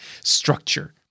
structure